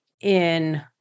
in-